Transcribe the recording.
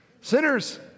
Sinners